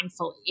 mindfully